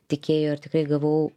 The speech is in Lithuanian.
tikėjo ir tikrai gavau